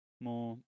More